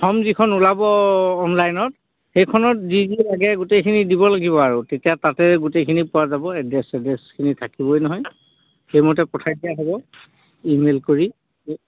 form যিখন ওলাব অনলাইনত সেইখনত যি যি লাগে গোটেইখিনি দিব লাগিব আৰু তেতিয়া তাতে গোটেইখিনি পোৱা যাব এড্ৰেছ ছেড্ৰেছখিনি থাকিবই নহয় সেইমতে পঠাই দিয়া হ'ব ইমেইল কৰি